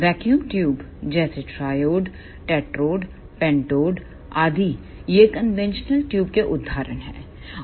vacuum tube जैसे triode tetrode pentode आदि ये कन्वेंशनल ट्यूबके उदाहरण हैं